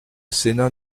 sénat